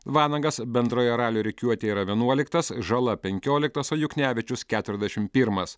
vanagas bendroje ralio rikiuotėje yra vienuoliktas žala penkioliktas o juknevičius keturiasdešim pirmas